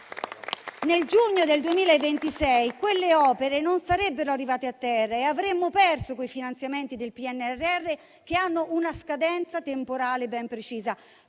nel giugno 2026 quelle opere non sarebbero state completate e avremmo perso i finanziamenti del PNRR che hanno una scadenza temporale ben precisa.